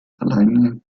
alleine